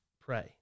pray